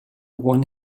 one